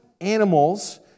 animals